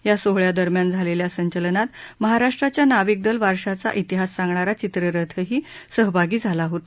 या सोहळ्यादरम्यान झालेल्या संचलनात महाराष्ट्राच्या नाविक दल वारशाचा इतिहास सांगणारा चित्ररथही सहभागी झाला होता